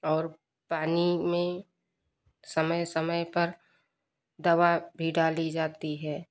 और पानी में समय समय पर दवा भी डाली जाती है